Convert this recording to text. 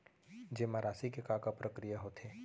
जेमा राशि के का प्रक्रिया होथे?